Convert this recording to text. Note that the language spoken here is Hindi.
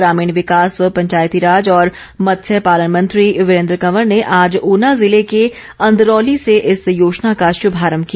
ग्रामीण विकास व पंचायती राज और मत्स्य पालन मंत्री वीरेन्द्र कंवर ने आज ऊना जिले के अंदरौली से इस योजना का शुभारंभ किया